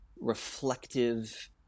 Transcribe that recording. reflective